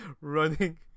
running